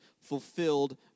fulfilled